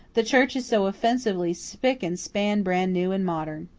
the church is so offensively spick-and-span brand new and modern.